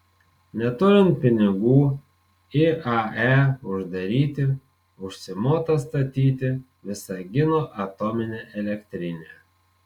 neturint pinigų iae uždaryti užsimota statyti visagino atominę elektrinę